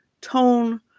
tone